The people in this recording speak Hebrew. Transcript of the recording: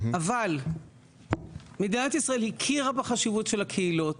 אבל מדינת ישראל הכירה בחשיבות של הקהילות,